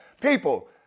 people